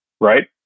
right